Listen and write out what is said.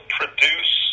produce